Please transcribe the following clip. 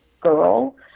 girl